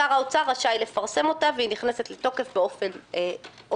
שר האוצר רשאי לפרסם אותה והיא נכנסת לתוקף באופן אוטומטי.